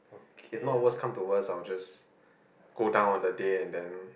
if not worse come to worse I'll just go down on the day and then